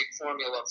formula